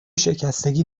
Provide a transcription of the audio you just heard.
شکستگی